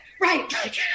Right